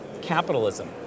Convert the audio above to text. Capitalism